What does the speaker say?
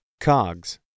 COGS